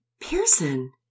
Pearson